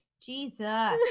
Jesus